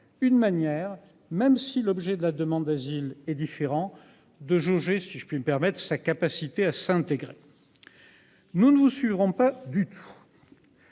Une manière, même si l'objet de la demande d'asile est différent de jauger si je puis me permettre sa capacité à s'intégrer. Nous ne vous suivrons pas du tout.